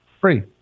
Free